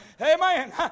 Amen